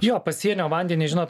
jo pasienio vandenys žinot